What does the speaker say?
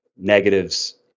negatives